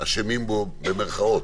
אשמים בו, במירכאות.